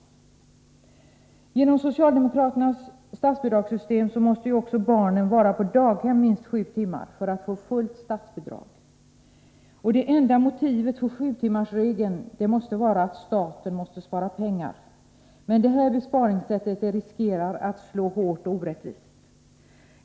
111 Genom socialdemokraternas statsbidragssystem måste barnen vara på daghem minst sju timmar för att fullt statsbidrag skall utgå. Det enda motivet för sjutimmarsregeln måste vara att staten skall spara pengar. Men denna besparingsmetod riskerar att slå hårt och orättvist.